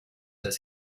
does